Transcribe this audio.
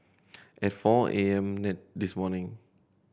at four A M this morning